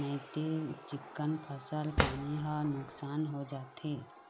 नइते चिक्कन फसल पानी ह नुकसान हो जाथे